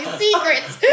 secrets